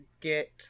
get